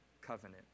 covenant